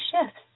shifts